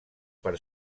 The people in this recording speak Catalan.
per